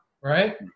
Right